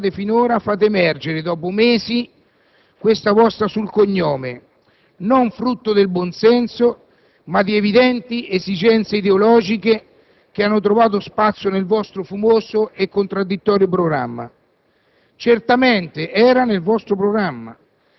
Di tutti i disegni di legge presentati finora fate emergere dopo mesi questa vostra sul cognome, frutto non del buonsenso, ma di evidenti esigenze ideologiche che hanno trovato spazio nel vostro fumoso e contraddittorio programma.